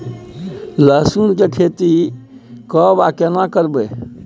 लहसुन की खेती कब आर केना करबै?